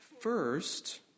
First